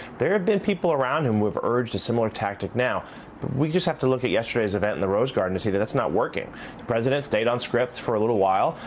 there have been people around him who have urged a similar tactic now, but we just have to look at yesterday's event in the rose garden to say that that's not working. the president stayed on script for a little while,